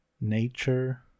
nature